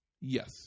Yes